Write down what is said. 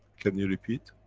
can you repeat?